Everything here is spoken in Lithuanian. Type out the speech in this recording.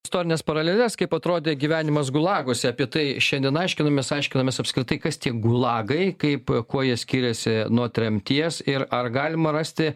istorinės paralelės kaip atrodė gyvenimas gulaguose apie tai šiandien aiškinomės aiškinomės apskritai kas tiek gulagai kaip kuo jie skiriasi nuo tremties ir ar galima rasti